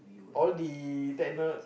all the techno